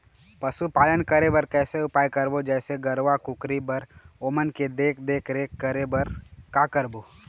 पशुपालन करें बर कैसे उपाय करबो, जैसे गरवा, कुकरी बर ओमन के देख देख रेख करें बर का करबो?